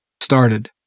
started